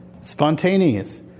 Spontaneous